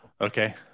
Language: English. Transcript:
Okay